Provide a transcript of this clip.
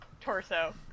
torso